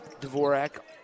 Dvorak